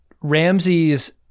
Ramsey's